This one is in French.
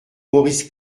maurice